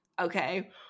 okay